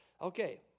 Okay